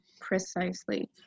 precisely